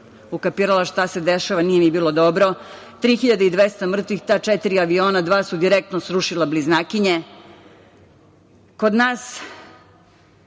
ukapirala šta se dešava nije mi bilo dobro, 3.200 mrtvih, ta četiri aviona, dva su direktno srušila „Bliznakinje“.Kod nas,